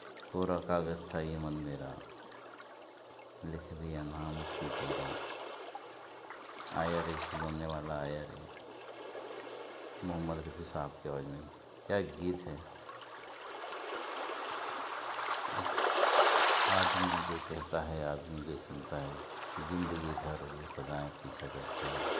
कोरा कागज़ था ये मन मेरा लिख लिया नाम इसमें तेरा आया रे खिलौने वाला आया रे मोहम्मद रफ़ी साहब की आवाज़ में क्या गीत है एक आदमी जो कहता है आदमी जो सुनता है ज़िन्दगी भर वो सदाएँ पीछा करती हैं